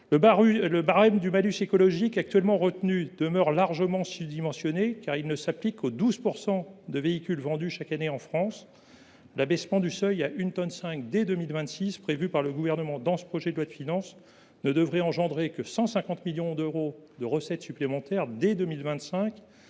Le barème du malus écologique actuellement retenu demeure largement sous dimensionné, car il ne s’applique qu’à 12 % de véhicules vendus chaque année en France. L’abaissement du seuil à 1 500 kilogrammes dès 2026, que prévoit le Gouvernement dans ce projet de loi de finances, ne devrait rapporter que 150 millions d’euros de recettes supplémentaires dès 2025